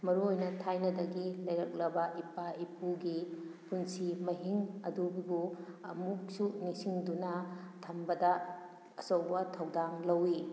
ꯃꯔꯨ ꯑꯣꯏꯅ ꯊꯥꯏꯅꯗꯒꯤ ꯂꯩꯔꯛꯂꯕ ꯏꯄꯥ ꯏꯄꯨꯒꯤ ꯄꯨꯟꯁꯤ ꯃꯍꯤꯡ ꯑꯗꯨꯕꯨ ꯑꯃꯨꯛꯁꯨ ꯅꯤꯡꯁꯤꯡꯗꯨꯅ ꯊꯝꯕꯗ ꯑꯆꯧꯕ ꯊꯧꯗꯥꯡ ꯂꯧꯏ